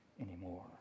anymore